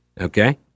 Okay